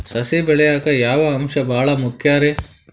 ಸಸಿ ಬೆಳೆಯಾಕ್ ಯಾವ ಅಂಶ ಭಾಳ ಮುಖ್ಯ ರೇ?